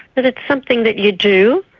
but it's something that you do.